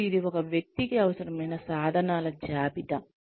మరియు ఇది ఒక వ్యక్తికి అవసరమైన సాధనాల జాబితా